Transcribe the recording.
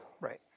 Right